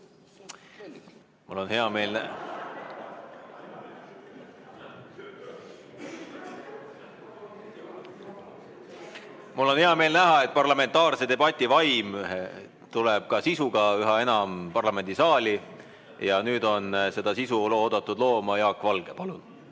Mul on hea meel näha, et parlamentaarse debati vaim tuleb ka sisu loomisel üha enam parlamendisaali. Nüüd on seda sisu oodatud looma Jaak Valge. Palun!